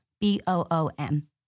B-O-O-M